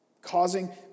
causing